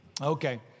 Okay